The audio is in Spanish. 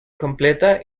completa